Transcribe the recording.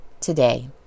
today